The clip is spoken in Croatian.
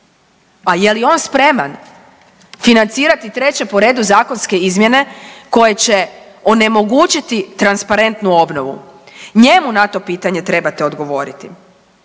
A je li on spreman financirati treće po redu zakonske izmjene koje će onemogućiti transparentnu obnovu. Njemu na to pitanje trebate odgovoriti.